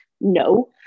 No